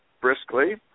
briskly